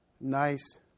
nice